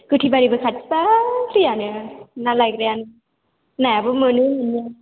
गोथैबारिबो खाथिथार दैयानो ना लायग्रायानो नायाबो मोनो मोना